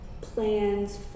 plans